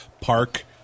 Park